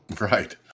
Right